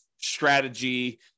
strategy